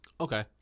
okay